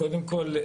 קודם כל,